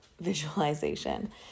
visualization